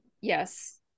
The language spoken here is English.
Yes